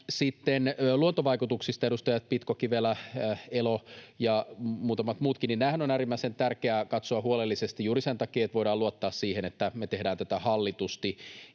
luontovaikutuksista — edustajat Pitko, Kivelä, Elo ja muutamat muutkin — niin näitähän on äärimmäisen tärkeätä katsoa huolellisesti juuri sen takia, että voidaan luottaa siihen, että me tehdään tätä hallitusti.